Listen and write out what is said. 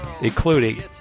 including